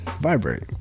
vibrate